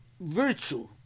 virtue